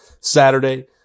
Saturday